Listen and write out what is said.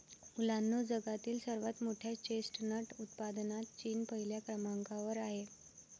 मुलांनो जगातील सर्वात मोठ्या चेस्टनट उत्पादनात चीन पहिल्या क्रमांकावर आहे